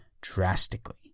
drastically